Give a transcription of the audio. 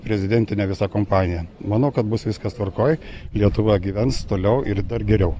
prezidentinė visa kompanija manau kad bus viskas tvarkoj lietuva gyvens toliau ir dar geriau